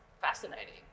fascinating